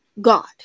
God